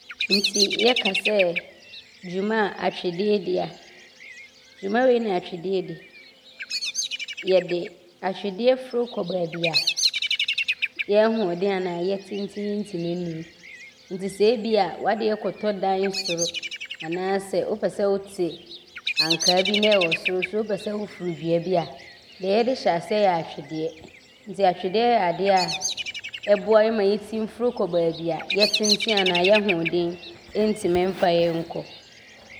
Nti yɛka sɛ dwuma a atwedeɛ di a, dwuma wei ne atwedeɛ di. Yɛde atwedeɛ foro kɔ baabi a yɛ ahoɔden anaa yɛ tentene ntimi nnuru nti sɛ ebia w’adeɛ kɔtɔ dan soro anaasɛ wopɛ sɛ wote ankaa bi ne ɔwɔ soro a nti wopɛ sɛ woforo dua bi a, deɛ yɛde hyɛ aseɛ yɛ atwedeɛ nti atwedeɛ yɛ adeɛ a ɔboa yɛ ma yɛtim foro kɔ baabi a yɛ tenten anaa yɛ ahoɔden ntim mfa yɛ nnuru hɔ.